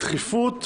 בדחיפות,